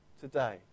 today